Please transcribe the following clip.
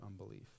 unbelief